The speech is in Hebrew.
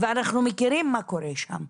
ואנחנו מכירים מה קורה שם.